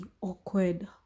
awkward